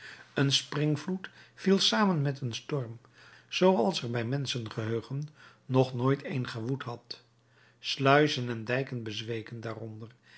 een springvloed viel samen met een storm zoo als er bij menschengeheugen nog nooit een gewoed had sluizen en dijken bezweken daaronder